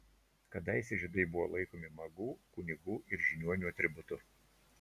kadaise žiedai buvo laikomi magų kunigų ir žiniuonių atributu